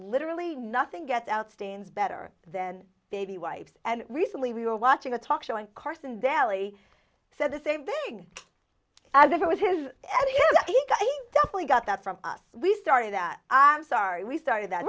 literally nothing gets out stains better than baby wipes and recently we were watching a talk show and carson daly said the same thing as if it was his and he got that from us we started that i'm sorry we started that